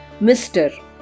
Mr